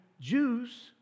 Jews